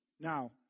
Now